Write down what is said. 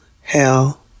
hell